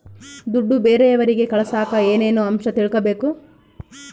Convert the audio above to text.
ದುಡ್ಡು ಬೇರೆಯವರಿಗೆ ಕಳಸಾಕ ಏನೇನು ಅಂಶ ತಿಳಕಬೇಕು?